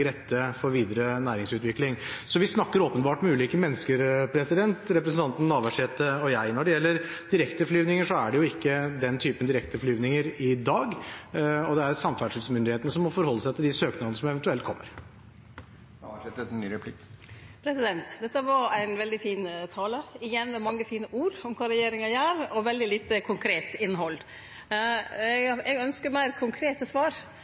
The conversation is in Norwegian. næringsutvikling. Så vi snakker åpenbart med ulike mennesker, representanten Navarsete og jeg. Når det gjelder direkteflyvninger, er det ikke den typen direkteflyvninger i dag. Det er samferdselsmyndighetene som må forholde seg til de søknader som eventuelt kommer. Dette var ein veldig fin tale, igjen med veldig mange fine ord om kva regjeringa gjer, men med veldig lite konkret innhald. Eg ynskjer meir konkrete svar.